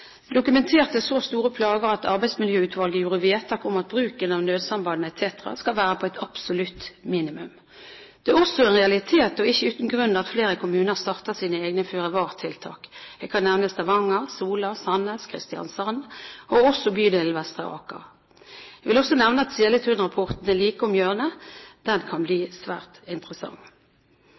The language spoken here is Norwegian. så store plager at arbeidsmiljøutvalget gjorde vedtak om at bruken av nødsambandet Tetra skal være på et absolutt minimum. Det er også en realitet, og ikke uten grunn, at flere kommuner starter sine egne føre-var-tiltak. Jeg kan nevne Stavanger, Sola, Sandnes, Kristiansand og også bydelen Vestre Aker. Jeg vil også nevne at Seletun-rapporten er like om hjørnet. Den kan bli svært interessant.